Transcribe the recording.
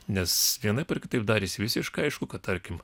nes vienaip ar kitaip darėsi visiškai aišku kad tarkim